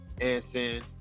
Anson